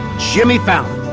jimmy fallon.